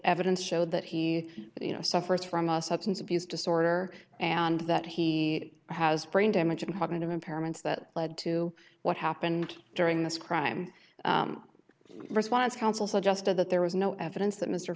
evidence showed that he you know suffers from a substance abuse disorder and that he has brain damage and cognitive impairments that led to what happened during this crime response counsel suggested that there was no evidence that mr